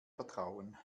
vertrauen